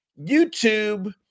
YouTube